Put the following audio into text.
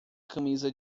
camisa